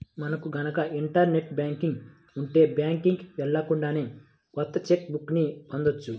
మనకు గనక internet banking ఉంటే బ్యాంకుకి వెళ్ళకుండానే కొత్త చెక్ బుక్ ని పొందవచ్చు